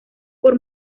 por